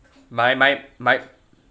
my my my